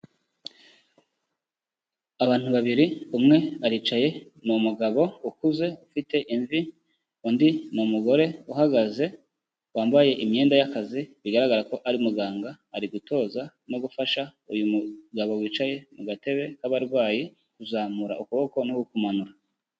Abantu babiri, umwe aricaye, ni umugabo ukuze ufite imvi, undi ni umugore uhagaze wambaye imyenda y'akazi, bigaragara ko ari muganga, ari gutoza no gufasha uyu mugabo wicaye mu gatebe k'abarwayi, kuzamura ukuboko no kukumanura.